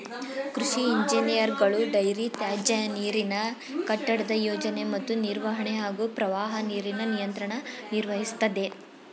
ಕೃಷಿ ಇಂಜಿನಿಯರ್ಗಳು ಡೈರಿ ತ್ಯಾಜ್ಯನೀರಿನ ಕಟ್ಟಡದ ಯೋಜನೆ ಮತ್ತು ನಿರ್ವಹಣೆ ಹಾಗೂ ಪ್ರವಾಹ ನೀರಿನ ನಿಯಂತ್ರಣ ನಿರ್ವಹಿಸ್ತದೆ